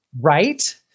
right